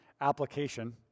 application